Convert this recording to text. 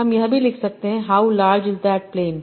हम यह भी लिखसकते हैं कि how large is that plane